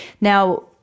Now